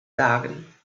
sagen